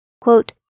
Quote